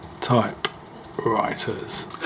Typewriters